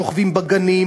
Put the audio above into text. שוכבים בגנים,